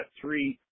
three